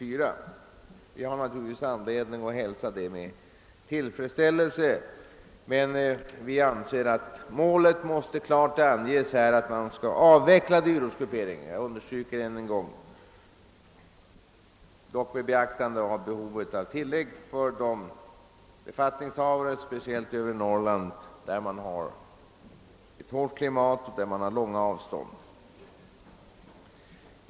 Även om vi naturligtvis hälsar detta med tillfredsställelse anser vi emellertid att målet klart måste anges vara att dyrortsgrupperingen skall avvecklas — dock med beaktande av behovet av tillägg för befattningshavare speciellt i övre Norrland, där klimatet är hårt och avstånden långa.